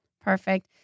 Perfect